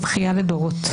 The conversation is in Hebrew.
בכייה לדורות.